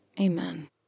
Amen